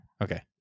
Okay